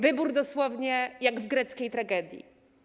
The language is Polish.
Wybór dosłownie jak w greckiej tragedii.